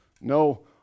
No